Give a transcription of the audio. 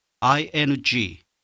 ing